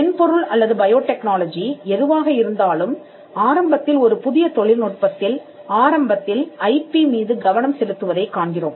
மென்பொருள் அல்லது பயோடெக்னாலஜி எதுவாக இருந்தாலும் ஆரம்பத்தில் ஒரு புதிய தொழில்நுட்பத்தில் ஆரம்பத்தில் ஐபி மீது கவனம் செலுத்துவதைக் காண்கிறோம்